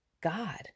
God